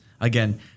Again